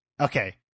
okay